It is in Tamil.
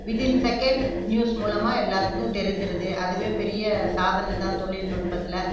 வித்தின் செகண்ட் நியூஸ் மூலமாக எல்லாத்துக்கும் தெரிஞ்சிடுது அதுவே பெரிய சாதனை தான் தொழில்நுட்பத்தில்